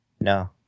no